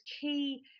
key